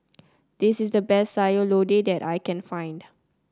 this is the best Sayur Lodeh that I can find